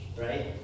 right